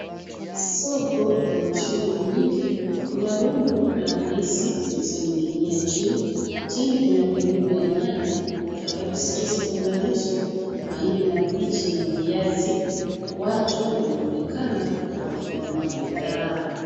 Soko lenye shughuli nyingi. Kuna rundu la ndizi zilizoning'inia juu, chini kuna mirundu ya nyanya, karoti zilizofunganishwa, mahindi mabichi na viazi. Watu wanaonekana wakinunua bidhaa.